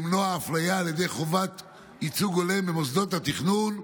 למנוע אפליה על ידי חובת ייצוג הולם במוסדות התכנון.